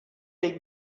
they